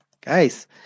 guys